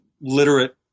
literate